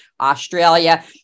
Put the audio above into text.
Australia